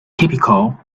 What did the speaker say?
typical